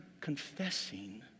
confessing